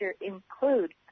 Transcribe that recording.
include